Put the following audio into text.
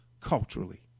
culturally